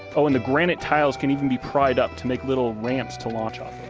oh, and the granite tiles can even be pried up to make little ramps to launch off